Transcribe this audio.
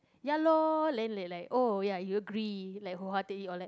ya lor then like like oh ya you agree like whole heartedly all that